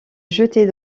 jeter